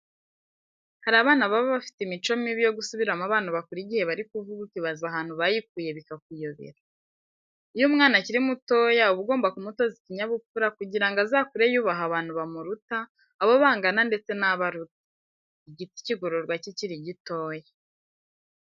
Hari abana baba bafite imico mibi yo gusubiramo abantu bakuru igihe bari kuvuga ukibaza ahantu bayikuye bikakuyobera. Iyo umwana akiri mutoya uba ugomba kumutoza ikinyabupfura kugira ngo azakure yubaha abantu bamuruta, abo bangana ndetse n'abo aruta. Igiti kigororwa kikiri gitoya.